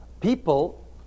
People